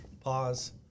Pause